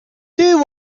two